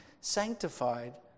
sanctified